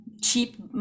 cheap